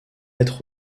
être